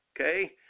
okay